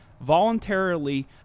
voluntarily